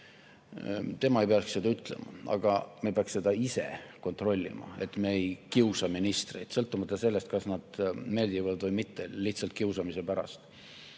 Tema ei peaks seda ütlema, me peaks seda ise kontrollima, et me ei kiusa ministreid – sõltumata sellest, kas nad meeldivad meile või mitte – lihtsalt kiusamise pärast.